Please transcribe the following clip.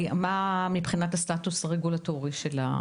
מה הסטטוס הרגולטורי שלה,